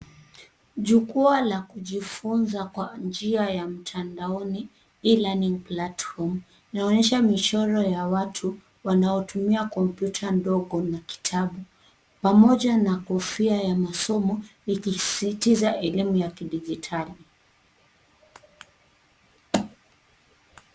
Jukwaa la kujifunza kwa njia ya mtandaoni, e-learning platform , inaonyesha michoro ya watu wanaotumia kompyuta ndogo na kitabu pamoja na kofia ya masomo ikisisitiza elimu ya kidijitali.